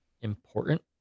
important